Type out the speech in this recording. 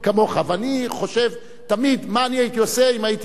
ואני חושב תמיד מה הייתי עושה אם הייתי מאיר שטרית.